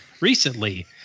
recently